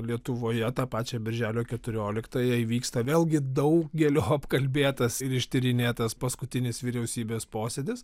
lietuvoje tą pačią birželio keturioliktąją įvyksta vėlgi daugelio apkalbėtas ir ištyrinėtas paskutinis vyriausybės posėdis